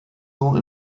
nur